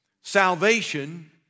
salvation